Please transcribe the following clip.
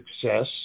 success